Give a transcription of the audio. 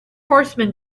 horseman